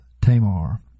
Tamar